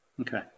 Okay